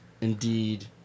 indeed